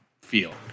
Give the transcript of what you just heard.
feel